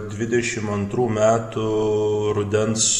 dvidešim antrų metų rudens